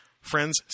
Friends